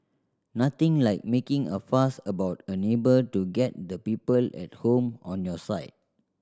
nothing like making a fuss about a neighbour to get the people at home on your side